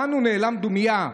כאן הוא נאלם, דומייה.